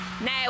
Now